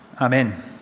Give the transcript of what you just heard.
Amen